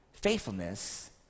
Faithfulness